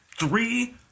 Three